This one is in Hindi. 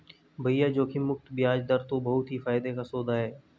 भैया जोखिम मुक्त बयाज दर तो बहुत ही फायदे का सौदा है